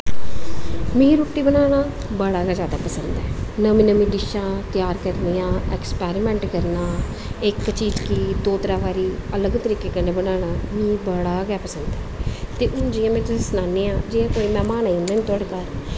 मिगी रुट्टी बनाना बड़ा गै जादा पसंद ऐ नमीं नमीं डिशां त्यार करनियां ऐक्सपैरीमैंट करना इक चीज गी दो त्रै बारी अलग तरीके कन्नै बनाना मीं बड़ा गै पसंद ऐ ते हून जियां तुसेंगी सनानी आं जियां कोई मैह्मान आई जंदा नी तोआढ़े घर